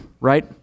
right